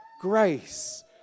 grace